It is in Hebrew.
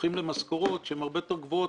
זוכים למשכורות שהן הרבה יותר גבוהות